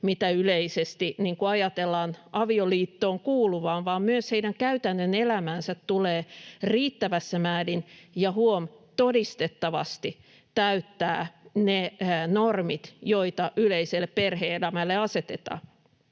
mitä yleisesti ajatellaan avioliittoon kuuluvan, vaan myös heidän käytännön elämänsä tulee riittävässä määrin — ja huom. todistettavasti — täyttää ne normit, joita yleiselle perhe-elämälle asetetaan.